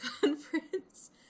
conference